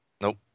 Nope